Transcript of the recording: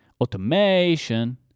Automation